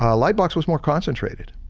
ah lightbox was more concentrated.